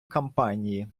кампанії